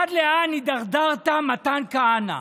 עד לאן הידרדרת, מתן כהנא?